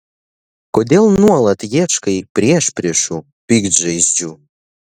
kodėl nuolat ieškai priešpriešų piktžaizdžių